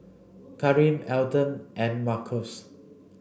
Kareem Elton and Markus